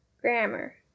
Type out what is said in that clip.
Grammar